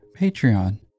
Patreon